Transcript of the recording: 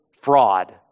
fraud